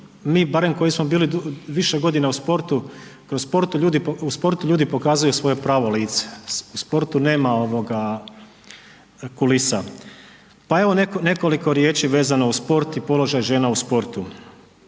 mi barem koji smo bili više godina u sportu u sportu ljudi pokazuju svoje pravo lice. U sportu nema kulisa. Pa evo nekoliko riječi vezano uz sport i položaj žena u sportu.